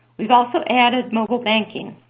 we've also added mobile banking.